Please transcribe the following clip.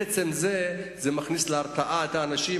עצם זה מכניס להרתעה את האנשים,